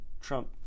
Trump